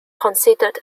considered